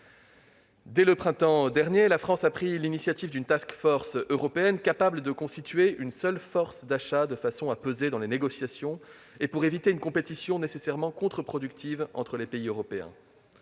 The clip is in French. Dès le printemps dernier, la France a pris l'initiative de demander la création d'une européenne capable de constituer une seule force d'achat, de façon à peser dans les négociations et à éviter une compétition nécessairement contre-productive entre les pays européens.